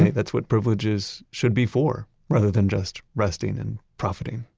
that's what privileges should be for rather than just resting and profiting,